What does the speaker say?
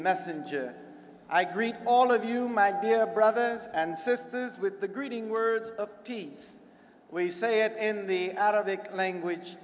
messenger i greet all of you my dear brothers and sisters with the greeting words of peace we say it in the out of the language